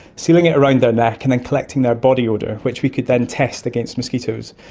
sealing it around their neck and then collecting their body odour which we could then test against mosquitoes.